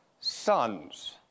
sons